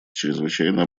чрезвычайно